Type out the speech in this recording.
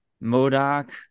Modoc